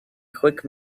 quick